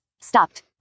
Stopped